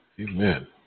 Amen